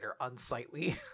unsightly